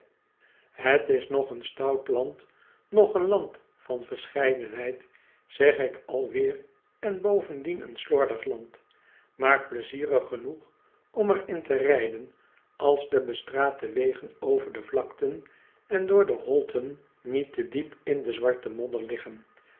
het is noch een stout land noch een land van verscheidenheid zeg ik alweer en bovendien een slordig land maar pleizierig genoeg om er in te rijden als de bestraatte wegen over de vlakten en door de holten niet te diep in de zwarte modder liggen